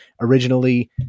originally